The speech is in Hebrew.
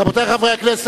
רבותי חברי הכנסת,